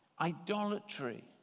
Idolatry